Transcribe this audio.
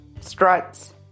struts